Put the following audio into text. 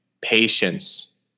Patience